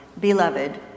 Beloved